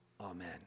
Amen